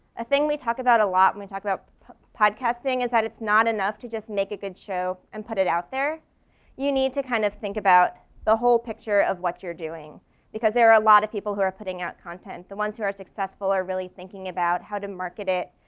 a thing we talk about a lot when we talk about podcasting is that it's not enough to just make a good show and put it out there you need to kind of think about the whole picture of what you're doing because there are a lot of people who are putting out content. the ones who are successful are really thinking about how to market it,